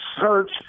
search